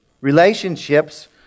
Relationships